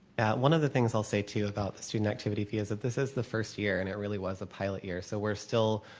one of the things i'll say too about the student activity fee is that this is the first year and it really was a pilot year. so we're still,